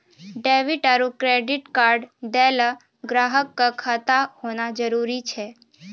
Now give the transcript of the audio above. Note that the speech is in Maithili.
डेबिट आरू क्रेडिट कार्ड दैय ल ग्राहक क खाता होना जरूरी छै